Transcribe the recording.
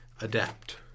adapt